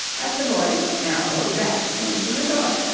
as the boys, now fully dressed, came to her door.